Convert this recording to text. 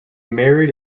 married